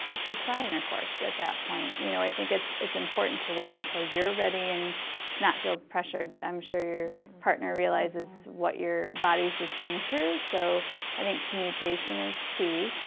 to try intercourse at that point. you know i think it's it's important to wait until you're ready and to not feel pressured. i'm sure your partner realizes what your body's just been through, so i think communication is key.